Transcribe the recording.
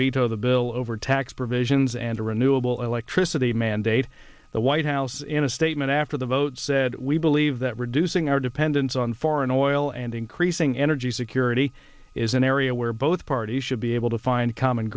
veto the bill over tax provisions and a renewable electricity mandate the white house in a statement after the vote said we believe that reducing our dependence on foreign oil and increasing energy security is an area where both parties should be able to find common